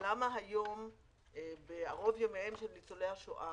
למה היום בערוב ימיהם של ניצולי השואה